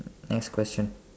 next question